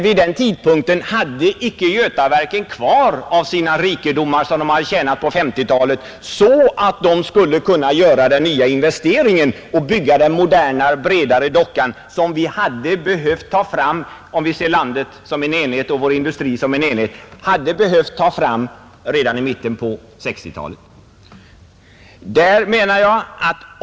Vid den tidpunkten hade emellertid Götaverken inte kvar så mycket av sina rikedomar, som man hade tjänat in på 1950-talet, att varvet kunde göra nya investeringar och bygga ytterligare en större docka, något som för landet och industrin i dess helhet hade behövts redan i mitten på 1960-talet.